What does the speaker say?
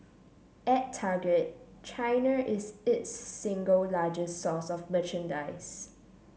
at Target China is its single largest source of merchandise